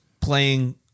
playing